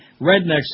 Rednecks